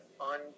on